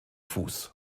fuß